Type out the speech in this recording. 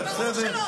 תדבר, זאת זכותך.